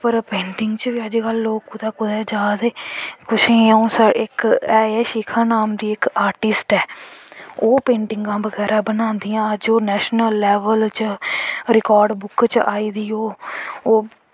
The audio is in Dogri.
फिर ओह् पेंटिंग च गै लोग अज्ज कल किदै कुदै जा दे किशें गी अ'ऊं शिखा नाम दी इक आर्टिस्ट ऐ ओह् पेंटिंगा बनांदियां ओह् अज्ज कल नैशनल लैवल पर रिकार्ड बुक्क च आई दी ओह्